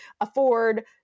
afford